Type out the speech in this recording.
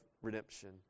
Redemption